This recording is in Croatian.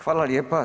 Hvala lijepa.